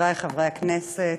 חברי חברי הכנסת,